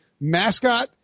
mascot